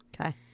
Okay